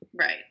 Right